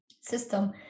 system